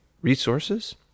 resources